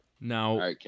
Now